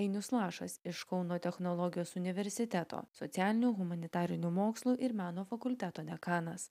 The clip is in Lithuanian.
ainius lašas iš kauno technologijos universiteto socialinių humanitarinių mokslų ir meno fakulteto dekanas